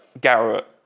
Garrett